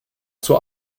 zur